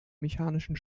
mechanischen